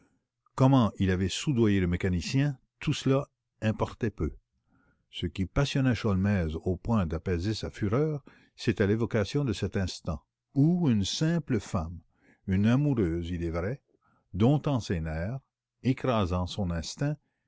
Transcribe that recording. comment il avait soudoyé le mécanicien tout cela importait peu ce qui passionnait sholmès au point d'apaiser sa fureur c'était l'évocation de cet instant où une simple femme une amoureuse il est vrai domptant ses nerfs écrasant son instinct